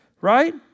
right